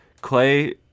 Clay